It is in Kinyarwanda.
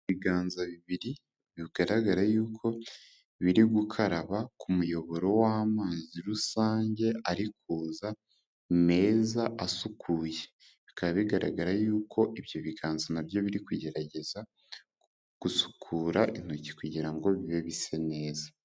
Ibiganza bibiri bigaragara yuko biri gukaraba ku muyoboro w'amazi rusange ari kuza meza asukuye, bikaba bigaragara yuko ibyo biganza na byo biri kugerageza gusukura intoki kugira ngo bibe bisa neza.